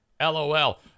LOL